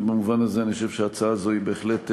ובמובן הזה, אני חושב שההצעה הזו בהחלט חשובה.